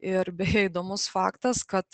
ir beje įdomus faktas kad